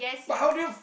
but how do you